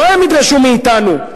לא הם ידרשו מאתנו,